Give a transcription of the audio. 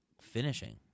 finishing